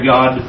God